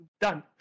done